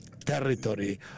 Territory